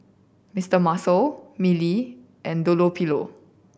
Mister Muscle Mili and Dunlopillo